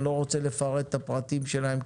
אני לא רוצה לפרט את הפרטים שלהם,